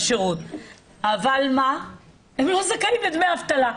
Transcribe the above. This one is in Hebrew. אבל הם לא זכאים לדמי אבטלה.